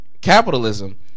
Capitalism